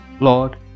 Lord